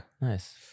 Nice